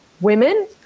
women